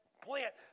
plant